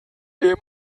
immer